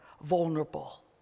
vulnerable